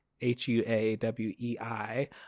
h-u-a-w-e-i